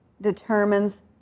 determines